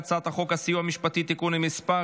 הסיוע המשפטי (תיקון מס'